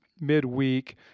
midweek